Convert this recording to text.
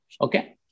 Okay